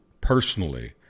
personally